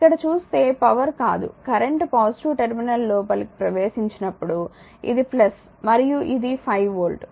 ఇక్కడ చూస్తే పవర్ కాదు కరెంట్ పాజిటివ్ టెర్మినల్ లోపలికి ప్రవేశించినప్పుడు ఇది మరియు ఇది 5 వోల్ట్